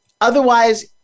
otherwise